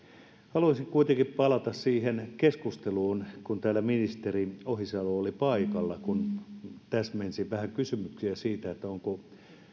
haluaisin kuitenkin palata siihen keskusteluun jota käytiin kun täällä ministeri ohisalo oli paikalla kun täsmensin vähän kysymyksiä siitä onko